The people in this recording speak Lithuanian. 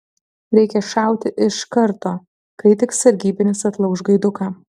reikia šauti iš karto kai tik sargybinis atlauš gaiduką